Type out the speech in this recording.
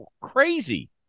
Crazy